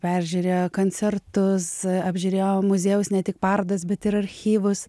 peržiūrėjo koncertus apžiūrėjo muziejaus ne tik parodas bet ir archyvus